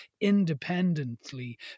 independently